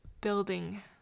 building